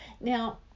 Now